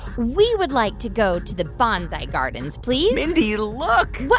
we would like to go to the bonsai gardens, please mindy, look